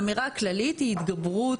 האמירה הכללית היא הידברות.